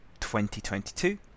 2022